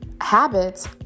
habits